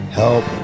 help